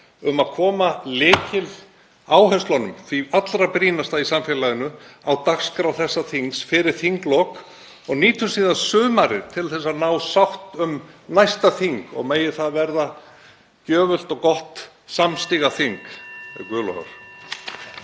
um að koma lykiláherslunum, því allra brýnasta í samfélaginu, á dagskrá þessa þings fyrir þinglok. Nýtum síðan sumarið til að ná sátt um næsta þing og megi það verða gjöfult og gott og samstiga þing